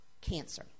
cancer